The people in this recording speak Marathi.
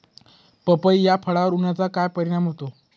पपई या फळावर उन्हाचा काय परिणाम होतो?